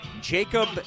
Jacob